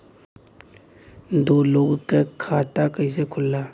दो लोगक खाता कइसे खुल्ला?